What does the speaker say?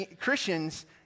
Christians